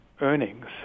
earnings